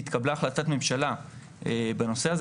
התקבלה החלטת ממשלה בנושא הזה,